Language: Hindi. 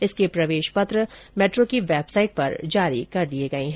इसके प्रवेश पत्र मेट्रो की वेबसाइट पर जारी कर दिए गए हैं